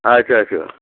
আচ্ছা আচ্ছা